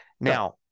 Now-